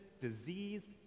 disease